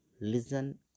listen